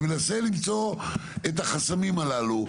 אני מנסה למצוא את החסמים הללו.